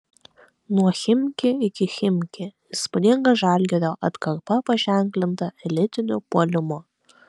nuo chimki iki chimki įspūdinga žalgirio atkarpa paženklinta elitiniu puolimu